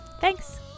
Thanks